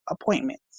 appointments